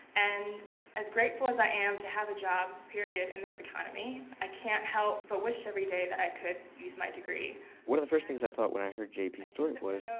and as grateful as i am to have a job, period, in this economy, i can't help but wish everyday that i could use my degree one of the first things i thought when i heard jp's and story was,